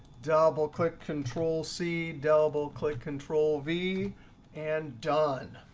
double click control c, double click control v and done.